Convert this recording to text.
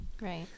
Right